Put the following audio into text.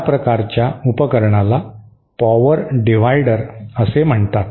त्या प्रकारच्या उपकरणाला पॉवर डिवाइडर असे म्हणतात